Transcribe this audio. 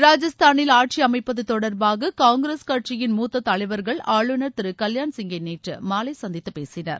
ராஜஸ்தானில் ஆட்சி அமைப்பது தொடர்பாக காங்கிரஸ் கட்சியின் மூத்த தலைவர்கள் ஆளுநர் திரு கல்யான் சிங்கை நேற்று மாலை சந்தித்து பேசினர்